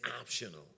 optional